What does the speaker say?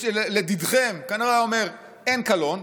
לדידכם כנראה הוא היה אומר "אין קלון",